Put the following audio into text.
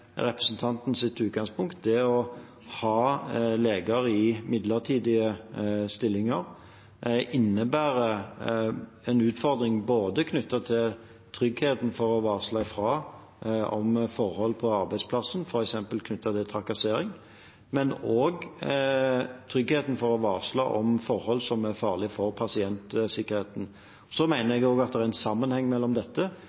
utgangspunkt. Det å ha leger i midlertidige stillinger innebærer en utfordring både knyttet til tryggheten for å varsle om forhold på arbeidsplassen, f.eks. trakassering, og knyttet til tryggheten for å varsle om forhold som er farlige for pasientsikkerheten.